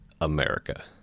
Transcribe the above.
America